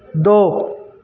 दो